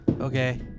Okay